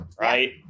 right